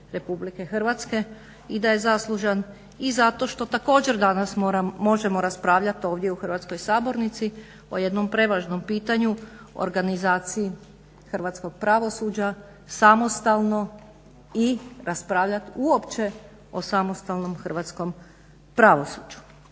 Republike Hrvatske i da je zaslužan i zato što također danas možemo raspravljat ovdje u hrvatskoj sabornici o jednom prevažnom pitanju organizaciji hrvatskog pravosuđa samostalno i raspravljat uopće o samostalnom hrvatskom pravosuđu.